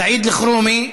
סעיד אלחרומי,